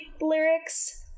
lyrics